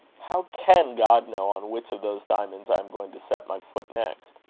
how can god know on which of those diamonds i am going to set my foot next?